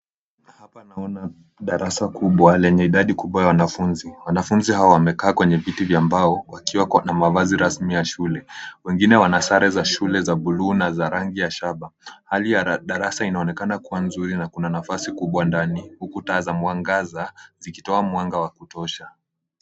Hapa naona darasa kubwa lenye idadi kubwa ya wanafunzi, wanafunzi hawa wamekaa kwenye viti vya mbao, wakiwa na mavazi rasmi ya shule. Wengine wana sare za shule za bluu na za rangi ya shaba. Hali ya darasa inaonekana kuwa nzuri na kuna nafasi kubwa ndani. Huku taa za mwangaza zikitoa mwanga wa kutosha.